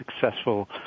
successful